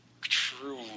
true